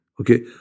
Okay